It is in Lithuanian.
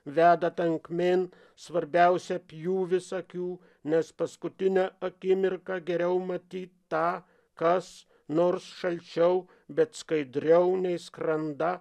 veda tankmėn svarbiausia pjūvis akių nes paskutinę akimirką geriau matyt tą kas nors šalčiau bet skaidriau nei skranda